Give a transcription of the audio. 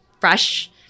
fresh